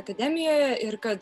akademijoje ir kad